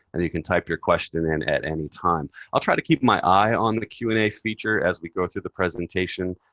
and then you can type your question in at any time. i'll try to keep my eye on the q and a feature as we go through the presentation,